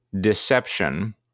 deception